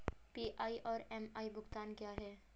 PI और MI भुगतान क्या हैं?